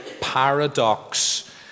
paradox